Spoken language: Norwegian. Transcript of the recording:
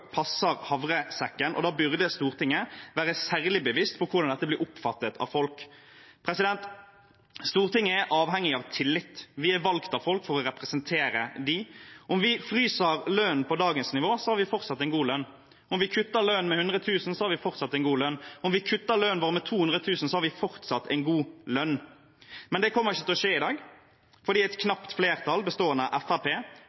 passer havresekken, og da burde Stortinget være særlig bevisst på hvordan dette blir oppfattet av folk. Stortinget er avhengig av tillit. Vi er valgt av folk for å representere dem. Om vi fryser lønnen på dagens nivå, har vi fortsatt en god lønn. Om vi kutter lønnen med 100 000 kr, har vi fortsatt en god lønn. Om vi kutter lønnen vår med 200 000 kr, har vi fortsatt en god lønn. Men det kommer ikke til å skje i dag, fordi et